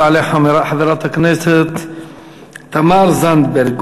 תעלה חברת הכנסת תמר זנדברג.